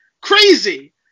Crazy